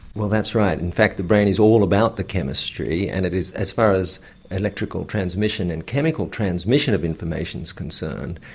well that's right, in fact the brain is all about the chemistry and it is, as far as electrical transmission and chemical transmission of information is concerned,